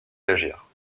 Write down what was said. d’agir